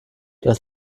das